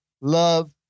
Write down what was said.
love